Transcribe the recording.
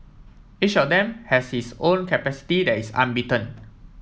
each of them has his own capacity that is unbeaten